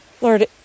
Lord